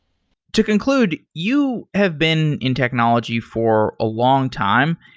to conclude, you have been in technology for a long time.